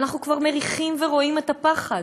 ואנחנו כבר מריחים ורואים את הפחד,